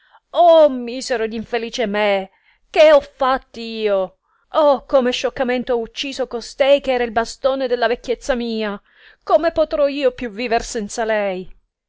oh misero ed infelice me che ho fatt io oh come scioccamente ho ucciso costei che era il bastone della vecchiezza mia come potrò io più viver senza lei